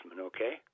okay